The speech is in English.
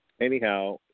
Anyhow